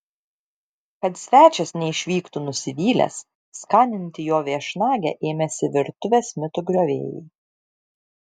kad svečias neišvyktų nusivylęs skaninti jo viešnagę ėmėsi virtuvės mitų griovėjai